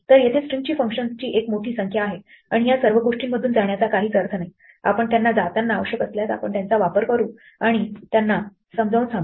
तर तेथे स्ट्रिंग फंक्शन्सची एक मोठी संख्या आहे आणि या सर्व गोष्टींमधून जाण्याचा काहीच अर्थ नाही आपण त्यांना जाताना आवश्यक असल्यास आपण त्यांचा वापर करू आणि त्यांना समजावून सांगू